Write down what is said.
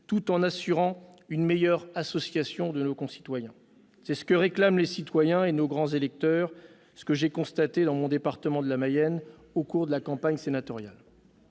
tout en assurant une meilleure association de nos concitoyens. C'est ce que réclament les citoyens et nos grands électeurs, comme je l'ai constaté dans mon département, la Mayenne, au cours de la campagne sénatoriale.